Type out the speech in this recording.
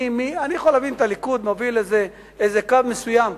אני יכול להבין את הליכוד שמוביל איזה קו מסוים,